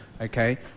okay